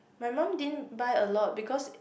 my mum didn't buy a lot because it